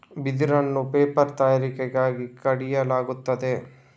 ಬಿದಿರನ್ನು ಪೇಪರ್ ತಯಾರಿಕೆಗಾಗಿ ಕಡಿಯಲಾಗುತ್ತದೆ